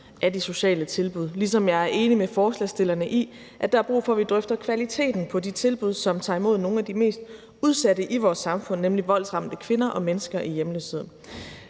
af de sociale tilbud, ligesom jeg er enig med forslagsstillerne i, at der er brug for, at vi drøfter kvaliteten af de tilbud, som tager imod nogle af de mest udsatte i vores samfund, nemlig voldsramte kvinder og mennesker i hjemløshed.